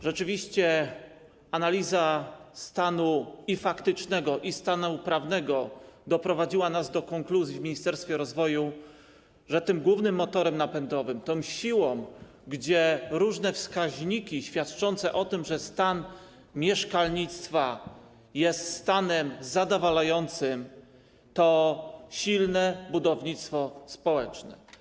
Rzeczywiście analiza stanu faktycznego i stanu prawnego doprowadziła nas do konkluzji w Ministerstwie Rozwoju, że tym głównym motorem napędowym, tą siłą, gdzie różne wskaźniki świadczą o tym, że stan mieszkalnictwa jest stanem zadowalającym, jest silne budownictwo społeczne.